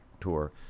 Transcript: tour